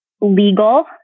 legal